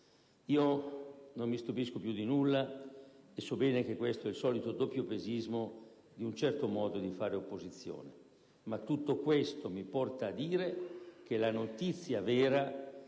Io non mi stupisco più di nulla, e so bene che questo è il solito doppiopesismo di un certo modo di fare opposizione, ma tutto questo mi porta a dire che la notizia vera